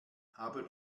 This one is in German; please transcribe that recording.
haben